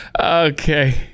Okay